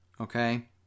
okay